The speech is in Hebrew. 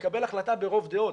לקבל החלטה ברוב דעות.